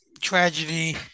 tragedy